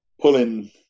pulling